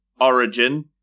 origin